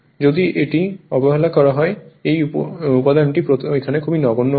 যদি এটিকে অবহেলা করা হয় এই উপাদানটি এখানে খুবই নগণ্য হবে